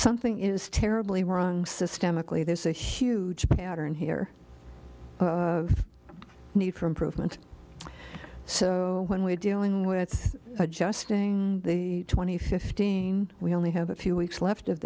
something is terribly wrong systemically there's a huge pattern here need for improvement so when we're dealing with adjusting the twenty fifteen we only have a few weeks left of